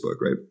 right